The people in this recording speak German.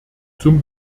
zum